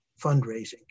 fundraising